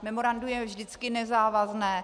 Memorandum je vždycky nezávazné.